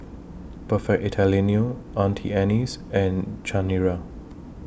Perfect Italiano Auntie Anne's and Chanira